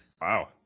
Wow